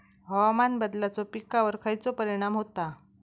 हवामान बदलाचो पिकावर खयचो परिणाम होता?